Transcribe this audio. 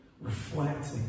reflecting